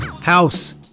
house